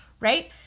right